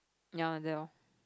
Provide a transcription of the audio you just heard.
ya like that orh